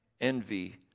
Envy